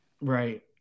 right